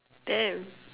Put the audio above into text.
damn